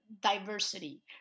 diversity